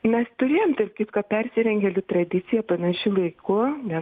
mes turėjom tarp kitko persirengėlių tradiciją panašiu laiku nes